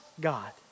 God